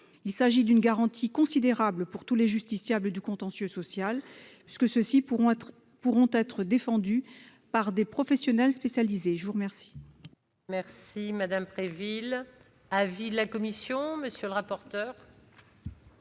Ce serait une garantie considérable pour tous les justiciables du contentieux social, puisque ceux-ci pourraient être défendus par des professionnels spécialisés. Notre